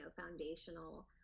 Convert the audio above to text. foundational